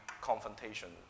confrontation